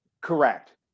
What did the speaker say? correct